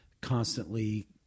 constantly